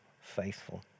faithful